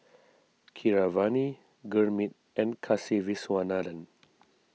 Keeravani Gurmeet and Kasiviswanathan